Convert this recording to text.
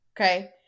Okay